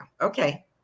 Okay